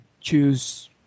choose